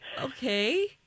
Okay